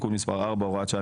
תיקון מספר 4 הוראת שעה,